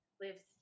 lives